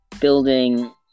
building